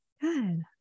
good